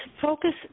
focus